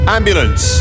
Ambulance